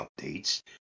updates